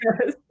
Yes